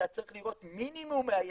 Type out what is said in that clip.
אתה צריך לראות מינימום מהיצוא,